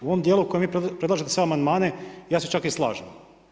U ovom dijelu kojem vi predlažete sve amandmane, ja se čak i slažem.